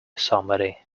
somebody